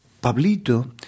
Pablito